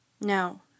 No